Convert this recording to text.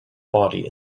body